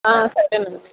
సరేనండి